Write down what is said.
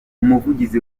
umuvugizi